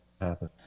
happen